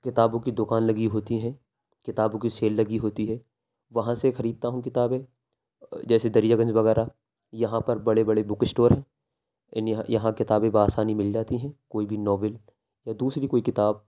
کتابوں کی دوکان لگی ہوتی ہیں کتابوں کی سیل لگی ہوتی ہے وہاں سے خریدتا ہوں کتابیں جیسے دریا گنج وغیرہ یہاں پر بڑے بڑے بک اسٹور ہیں یعنی یہاں کتابیں بہ آسانی مل جاتی ہیں کوئی بھی ناول یا دوسری کوئی کتاب